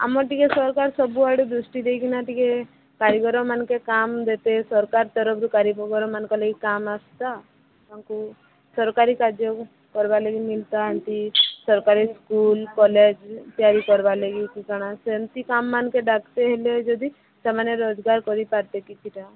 ଆମର ଟିକେ ସରକାର ସବୁ ଆଡ଼େ ଦୃଷ୍ଟି ଦେଇକିନା ଟିକେ କାରିଗର ମାନକେ କାମ ଦେତେ ସରକାର ତରଫରୁ କାରିଗର୍ମାନଙ୍କ ଲାଗି କାମ ଆସ୍ତା ତାଙ୍କୁ ସରକାରୀ କାର୍ଯ୍ୟ କରିବା ଲାଗି ସରକାରୀ ସ୍କୁଲ୍ କଲେଜ୍ ତିଆରି କରିବା ଲାଗି କି କାଣା ସେମ୍ତି କାମ୍ ମାନ୍କେ ଡ଼ାକ୍ତେ ହେଲେ ଯଦି ସେମାନେ ରୋଜଗାର କରି ପାର୍ତେ କିଛି ଟା